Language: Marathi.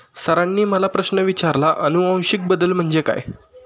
सरांनी मला प्रश्न विचारला आनुवंशिक बदल म्हणजे काय?